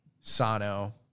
Sano